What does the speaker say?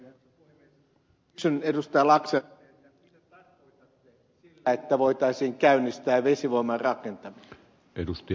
laxellilta mitä hän tarkoittaa sillä että voitaisiin käynnistää vesivoiman rakentaminen